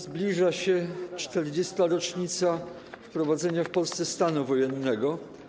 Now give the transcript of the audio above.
Zbliża się 40. rocznica wprowadzenia w Polsce stanu wojennego.